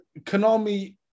konami